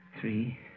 three